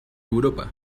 europa